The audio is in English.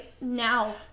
now